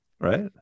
right